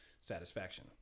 satisfaction